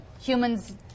humans